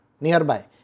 nearby